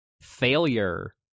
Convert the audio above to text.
failure